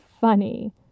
funny